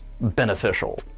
beneficial